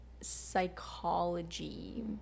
psychology